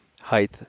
height